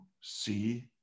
see